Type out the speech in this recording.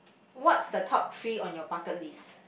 what's the top three on your bucket list